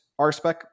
RSpec